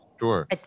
Sure